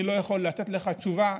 אני לא יכול לתת לך תשובה,